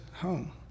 home